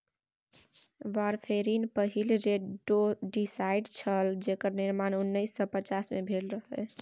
warfarin पहिल rodenticide छल जेकर निर्माण उन्नैस सय पचास मे भेल रहय